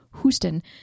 Houston